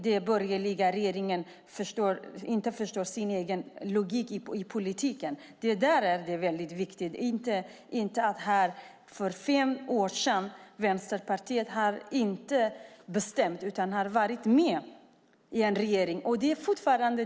Den borgerliga regeringen har ingen logik i sin politik. Det är det viktiga, inte att Vänsterpartiet samarbetade med regeringen för fem år sedan. Men det attackerar ni fortfarande.